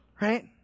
right